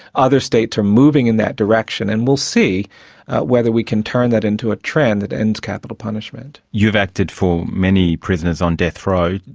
other states are moving in that direction and we'll see whether we can turn that into a trend that ends capital punishment. you've acted for many prisoners on death row.